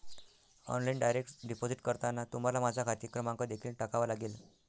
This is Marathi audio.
ऑनलाइन डायरेक्ट डिपॉझिट करताना तुम्हाला माझा खाते क्रमांक देखील टाकावा लागेल